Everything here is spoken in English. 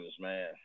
man